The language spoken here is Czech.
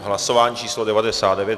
Hlasování číslo 99.